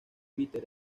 peter